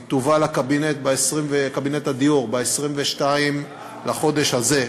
היא תובא לקבינט הדיור ב-22 בחודש הזה,